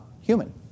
human